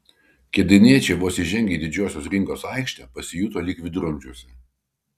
kėdainiečiai vos įžengę į didžiosios rinkos aikštę pasijuto lyg viduramžiuose